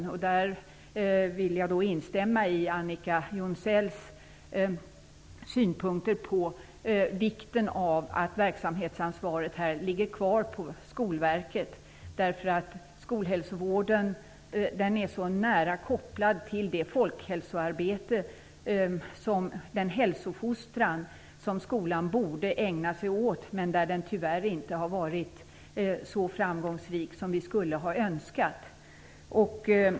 När det gäller detta vill jag instämma i Annika Jonsells synpunkter på vikten av att verksamhetsansvaret ligger kvar på Skolverket, därför att skolhälsovården är så nära kopplad till folkhälsoarbetet. Den hälsofostran som skolan borde ägna sig åt har tyvärr inte varit så framgångsrik som vi skulle ha önskat.